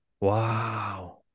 Wow